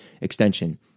extension